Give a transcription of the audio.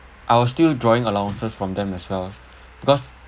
I was still drawing allowances from them as well because